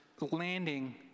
landing